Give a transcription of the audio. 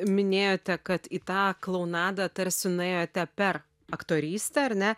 minėjote kad į tą klounadą tarsi nuėjote per aktorystę ar ne